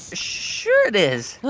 sure, it is